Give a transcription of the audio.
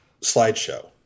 slideshow